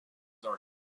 are